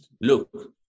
look